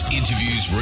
interviews